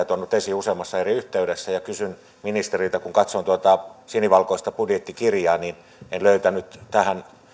tuonut esiin useammassa eri yhteydessä ja kysyn ministeriltä kun katsoin tuota sinivalkoista budjettikirjaa niin en löytänyt tähän